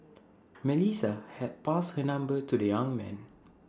Melissa had passed her number to the young man